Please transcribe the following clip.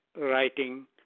writing